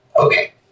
Okay